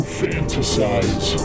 fantasize